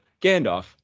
Gandalf